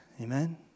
amen